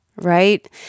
right